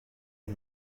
you